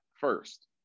first